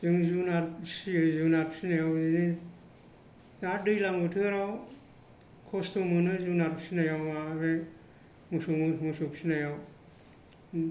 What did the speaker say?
जों जुनाद फिसियो जुनाद फिसिनायाव दा दैल्जां बोथोराव खसथ' मोनो जुनाद फिसिनायाव आरो मोसौ फिसिनायाव